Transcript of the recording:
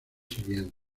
siguientes